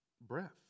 breath